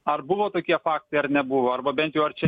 ar buvo tokie faktai ar nebuvo arba bent jau ar čia